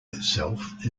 itself